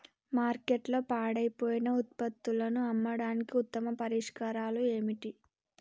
మార్కెట్లో పాడైపోయిన ఉత్పత్తులను అమ్మడానికి ఉత్తమ పరిష్కారాలు ఏమిటి?